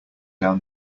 down